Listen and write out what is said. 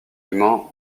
humains